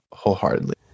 wholeheartedly